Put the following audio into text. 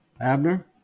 Abner